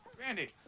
randy,